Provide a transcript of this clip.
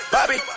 Bobby